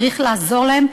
צריך לעזור להם,